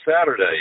Saturday